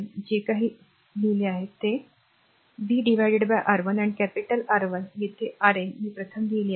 जे जे काही दिलगीर आहे v क्षमस्व Rn by v R 1 आणि कॅपिटल R 1 येथे Rn मी प्रथम लिहिले आहे